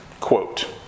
quote